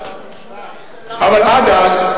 כבר 14:00. אבל עד אז,